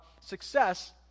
Success